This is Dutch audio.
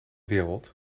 wereld